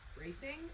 racing